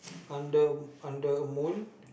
under under moon